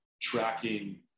tracking